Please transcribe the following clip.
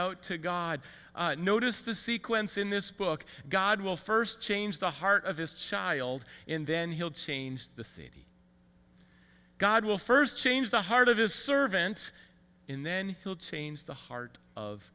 out to god notice the sequence in this book god will first change the heart of his child and then he'll change the cd god will first change the heart of his servant in then he'll change the heart of